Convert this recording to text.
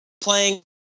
playing